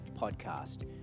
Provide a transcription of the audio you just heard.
Podcast